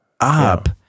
up